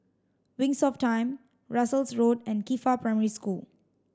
Wings of Time Russels Road and Qifa Primary School